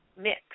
mix